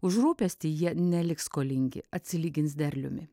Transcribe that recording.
už rūpestį jie neliks skolingi atsilygins derliumi